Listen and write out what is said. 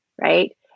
right